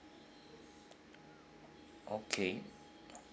okay